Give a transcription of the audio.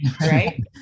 right